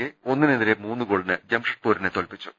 K ഒന്നിനെതിരെ മൂന്ന് ഗോളിന് ജംഷഡ്പൂരിനെ തോൽപ്പിച്ചു